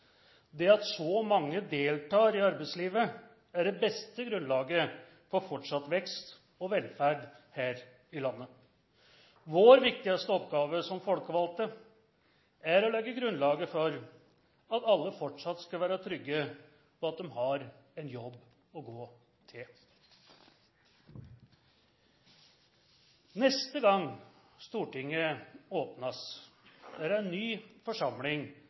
Det at så mange deltar i arbeidslivet er det beste grunnlaget for fortsatt vekst og velferd her i landet. Vår viktigste oppgave som folkevalgte er å legge grunnlaget for at alle fortsatt skal være trygge på at de har en jobb å gå til. Neste gang Stortinget åpnes er det en ny forsamling